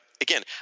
again